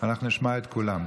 אנחנו נשמע את כולם.